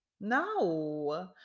no